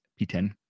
P10